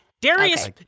Darius